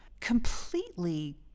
completely